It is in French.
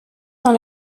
dans